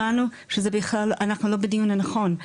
הבנו שאנחנו לא בדיון הנכון,